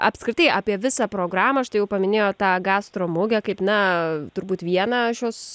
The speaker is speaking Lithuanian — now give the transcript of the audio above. apskritai apie visą programą štai jau paminėjot tą gastro mugę kaip na turbūt vieną šios